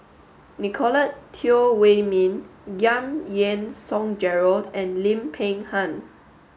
Nicolette Teo Wei min Giam Yean Song Gerald and Lim Peng Han